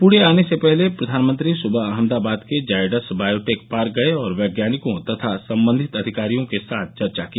पुणे आने से पहले प्रधानमंत्री सुबह अहमदाबाद के जायडस बायोटेक पार्क गए और वैज्ञानिकों तथा संबंधित अधिकारियों के साथ चर्चा की